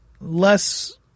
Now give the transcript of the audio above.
less